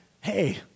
hey